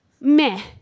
Meh